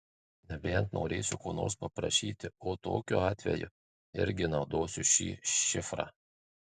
nebent norėsiu ko nors paprašyti o tokiu atveju irgi naudosiu šį šifrą